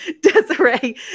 Desiree